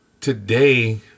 today